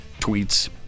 tweets